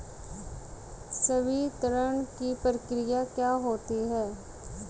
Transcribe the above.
संवितरण की प्रक्रिया क्या होती है?